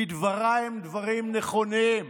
כי דבריי הם דברים נכונים.